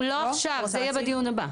לא עכשיו, זה יהיה בדיון הבא.